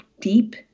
deep